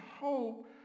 hope